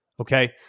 okay